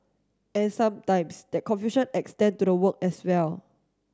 and sometimes that confusion extend to their work as well